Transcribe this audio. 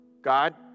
God